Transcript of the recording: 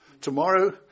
Tomorrow